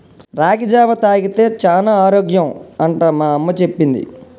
రాగి జావా తాగితే చానా ఆరోగ్యం అంట మా అమ్మ చెప్పింది